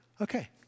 Okay